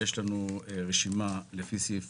יש רשימה לפי סעיף